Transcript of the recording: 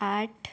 आठ